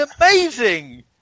amazing